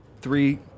three